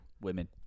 women